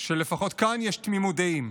שלפחות כאן יש תמימות דעים: